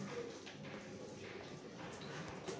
ಬೆಳೆಗೆ ಕೇಟಗಳು ಯಾವುದರಿಂದ ಹರಡುತ್ತದೆ ಅಂತಾ ಹೇಳಿ?